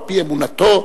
על-פי אמונתו,